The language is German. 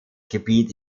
gebiet